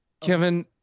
Kevin